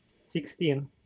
Sixteen